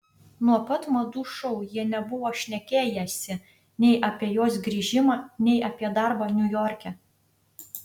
nuo pat madų šou jie nebuvo šnekėjęsi nei apie jos grįžimą nei apie darbą niujorke